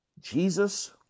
Jesus